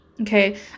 okay